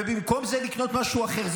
ובמקום זה לקנות משהו אחר.